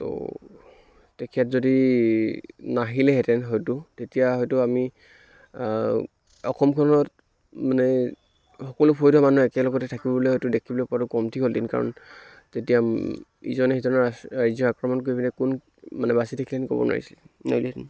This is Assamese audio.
ত' তেখেত যদি নাহিলেহেঁতেন হয়তো তেতিয়া হয়তো আমি অসমখনত মানে সকলো ফৈদৰ মানুহ একেলগতে থাকিবলৈ হয়তো দেখিবলৈ পোৱাতো কমটি হ'ল হেতেন কাৰণ তেতিয়া ইজনে সিজনৰ ৰাজ্য় আক্ৰমণ কৰি পিনে কোন মানে বাচি থাকিলহেঁতেন ক'ব নোৱাৰিছিলে নোৱাৰিলেহেতেন